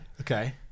okay